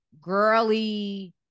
girly